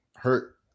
Hurt